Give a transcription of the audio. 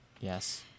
yes